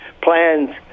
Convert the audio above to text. plans